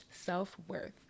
self-worth